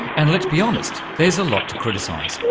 and let's be honest, there's a lot to criticise.